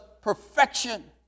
perfection